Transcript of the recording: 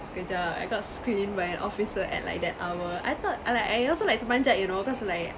sekejap I got screened by an officer at like that hour I thought like I also like to panjat you know cause like